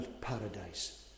paradise